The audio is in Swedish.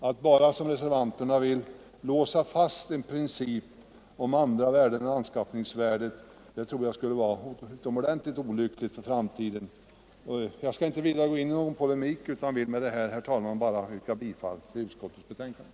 Att bara, som reservanterna vill, låsa fast en princip om andra värden än anskaffningsvärdet tror jag skulle vara utomordentligt olyckligt för framtiden. Jag skall inte vidare gå in i någon polemik utan vill med detta, herr talman, bara yrka bifall till utskottets hemställan.